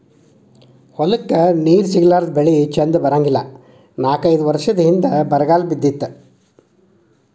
ಹೊಲಕ್ಕ ನೇರ ಸಿಗಲಾರದ ಬೆಳಿ ಚಂದ ಬರಂಗಿಲ್ಲಾ ನಾಕೈದ ವರಸದ ಹಿಂದ ಬರಗಾಲ ಬಿದ್ದಿತ್ತ